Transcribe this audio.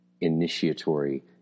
initiatory